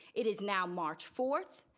it is now march fourth.